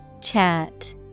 Chat